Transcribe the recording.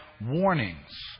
Warnings